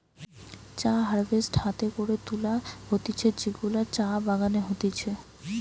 চা হারভেস্ট হাতে করে তুলা হতিছে যেগুলা চা বাগানে হতিছে